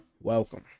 welcome